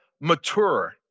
mature